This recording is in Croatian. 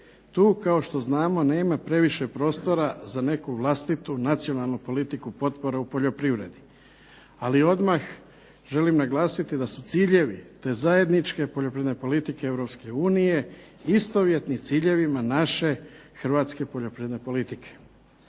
Tu kao što znamo nema previše prostora za neku vlastitu nacionalnu politiku potpore u poljoprivredi, ali odmah želim naglasiti da su ciljevi te zajedničke poljoprivredne politike Europske unije istovjetni ciljevima naše hrvatske poljoprivredne politike.